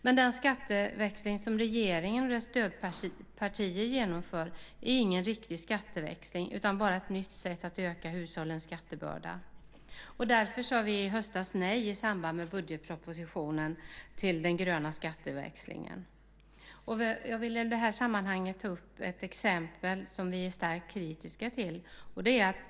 Men den skatteväxling som regeringen och dess stödpartier genomför är ingen riktig skatteväxling utan bara ett nytt sätt att öka hushållens skattebörda. Därför sade vi i höstas i samband med budgetpropositionen nej till den gröna skatteväxlingen. Jag vill i det här sammanhanget ta upp ett exempel som vi är starkt kritiska till.